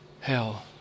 hell